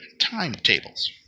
timetables